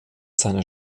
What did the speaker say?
seiner